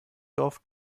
dorf